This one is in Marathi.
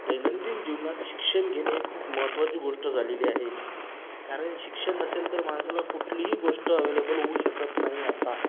दैनंदिन जीवनात शिक्षण घेणे खूप महत्त्वाची गोष्ट झालेली आहे कारण शिक्षण नसेल तर माणसाला कुठलीही गोष्ट अवेलेबल होऊ शकत नाही आत्ता